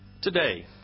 Today